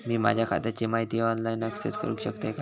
मी माझ्या खात्याची माहिती ऑनलाईन अक्सेस करूक शकतय काय?